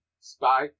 spy